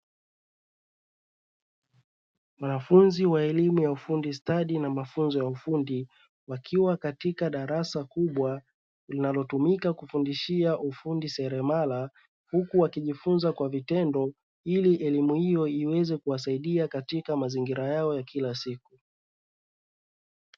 Wanafunzi wa elimu ya ufundi stadi na mafunzo ya ufundi wakiwa katika darasa kubwa linalotumika kufundishia ufundi seremala, huku wakijifunza kwa vitendo ili elimu hiyo iweze kuwasaidia katika mazingira yao ya kila siku.